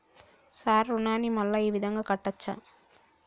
Sir రుణాన్ని మళ్ళా ఈ విధంగా కట్టచ్చా?